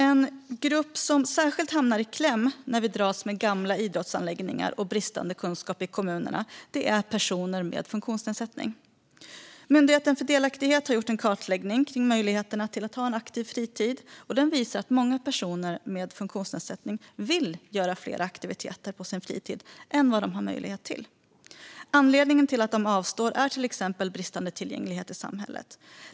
En grupp som särskilt hamnar i kläm när man dras med gamla idrottsanläggningar och bristande kunskap i kommunerna är personer med funktionsnedsättning. Myndigheten för delaktighet har gjort en kartläggning av möjligheterna till att ha en aktiv fritid, och den visar att många personer med funktionsnedsättning vill utöva fler aktiviteter på sin fritid än vad de har möjlighet till. Anledningen till att de avstår är till exempel bristande tillgänglighet i samhället.